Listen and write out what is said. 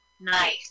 Night